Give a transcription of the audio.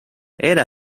era